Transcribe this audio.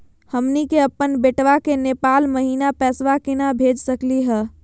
हमनी के अपन बेटवा क नेपाल महिना पैसवा केना भेज सकली हे?